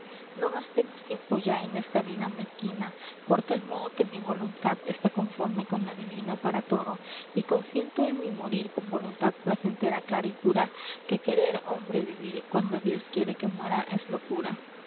no gastemos tiempo ya en esta vida mezquina por tal modo que mi voluntad esta conforme con la diuina para todo y consiento en mi morir con voluntad plazentera clara y pura que querer hombre biuir quando dios quiere que muera es locura